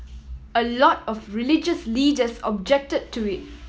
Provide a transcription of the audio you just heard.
a lot of religious leaders objected to it